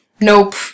Nope